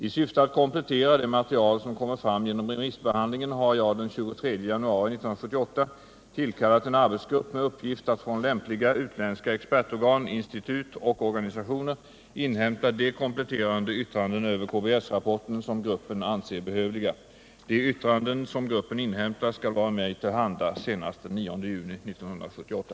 I syfte att komplettera det material som kommer fram genom remissbehandlingen har jag den 23 januari 1978 tillkallat en arbetsgrupp med uppgift att från lämpliga utländska exportorgan, institut och organisationer inhämta de kompletterande yttranden över KBS-rapporten som gruppen anser behövliga. De yttranden som gruppen inhämtar skall vara mig till handa senast den 9 juni 1978.